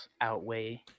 outweigh